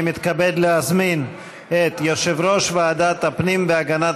אני מתכבד להזמין את יושב-ראש ועדת הפנים והגנת